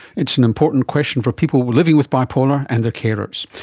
it's an important question for people living with bipolar and their carers.